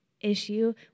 issue